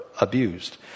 abused